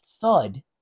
thud